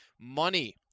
money